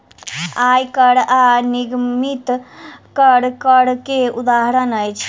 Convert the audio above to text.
आय कर आ निगमित कर, कर के उदाहरण अछि